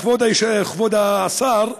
כבוד השר,